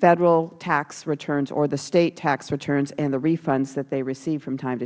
federal tax returns or state tax returns and the refunds that they receive from time to